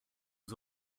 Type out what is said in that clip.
was